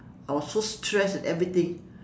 I was so stressed with everything